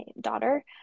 daughter